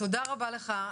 תודה רבה לך.